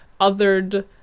othered